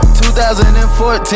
2014